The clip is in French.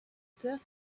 peur